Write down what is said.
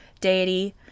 deity